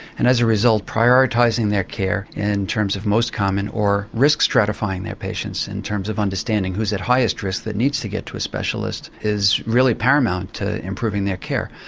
and as a result, prioritising their care in terms of most common or risk-stratifying their patients in terms of understanding who's at highest risk that needs to get to a specialist is really paramount to improving their care.